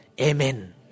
Amen